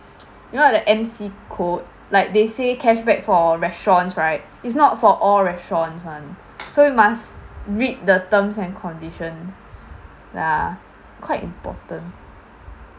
you know like the M_C code like they say cashback for restaurants right it's not for all restaurants [one] so you must read the terms and condition ya quite important